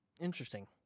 Interesting